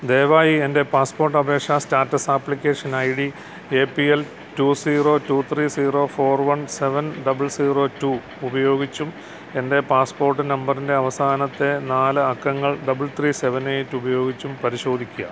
ദയവായി എന്റെ പാസ്പോർട്ട് അപേക്ഷ status application I D A P L two zero two three zero four one seven double zero two ഉപയോഗിച്ചും എന്റെ passport നമ്പറിന്റെ അവസാനത്തെ നാല് അക്കങ്ങൾ ഡബിൾ ത്രീ സെവൻ എയ്റ്റ് ഉപയോഗിച്ചും പരിശോധിയ്ക്ക